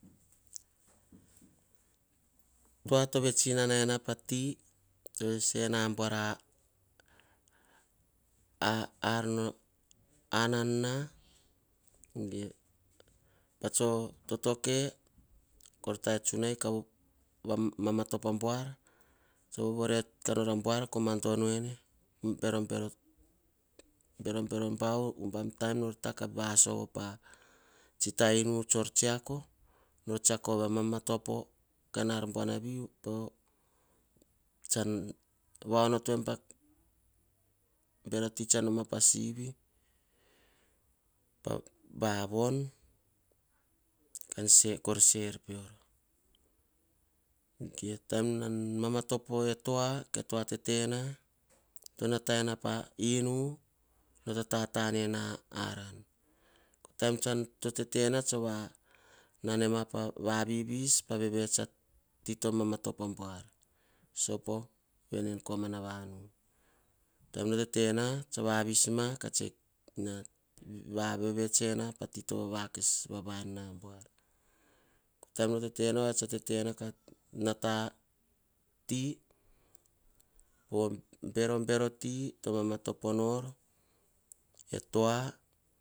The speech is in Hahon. Tuah to vets wane pah ti to sese nabbuar pah anor anwa ge patso totoke tah tsunai kah mama topo abuar vovore kah nor abuar koh madono ene. Tsi ta inu tsor tsiako pamama topo ah kain ar buanavi. Tsan ya onoto em poh bero ti tsa noma pah sivi. Vavon kor se-er pior ge, taim wamama topo etua. Tena toh wata ena pa inu no tatatanena aran, tsa gtetena kah vavivis enema pah op ati toh vamatopo na buar. Sopo veni en komana va wu bon tso vavivis ma kah nanema pati tomama topo na buar bon tso tete kah wata ti poh berobero ti toh mamatopo nor. Tsiako nor pah matsi gono. Ar vati nor tsiako tsor tah poh papana tsan vets nom ekaovo. Ge tetenom kah vevets ane kaovo tete voana, aririu pe kaovo. Riririu pe vui, vevets nom aran kokomana noanom veve. Kaovu va upas, ge vui va upas voa, hubam bon potana tsa sino kaim be kua. Ge kaovo pe vui voa pah sivi voa poh papana poh vaen. Tsan tetenom varan vevets upas nom oh, papana pe kaovo-mono papana pe vui ar varekasa ean tsa vevets upas voso aririu pe kaovo ene tsuna vavui. Ene tsa tetenu varene vevets upas voso ane kaovo riririu voana. Ane kaovo riririu voana, ge ano tete voana en vanu, vis peo. Netetewa kah voats enu pane kaovo tete voana. Kaovo vakiukiu, kaovova tete amamato. Kaovo tsan op kora kasino kaim pekua pean ge, ean me ati vatsiaka, kah taem, sivi kora ekaova kah taem. Kaovo vakikiu kaovo vatete amamoto, sivi nor sivi ane. Vei nene va onoto tsuk rova. Asivi nor sivi ane papana poh vaen, mono papana poh eninana